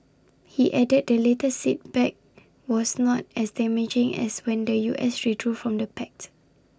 he added the latest setback was not as damaging as when the U S withdrew from the pact